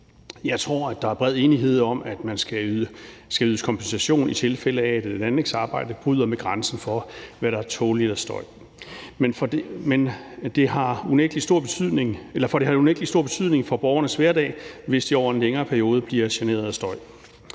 Jeg tror, at der er bred enighed om, at der skal ydes kompensation, i tilfælde af at et anlægsarbejde bryder med grænsen for, hvad der er tåleligt af støj. For det har unægtelig stor betydning for borgernes hverdag, hvis de over en længere periode bliver generet af støj.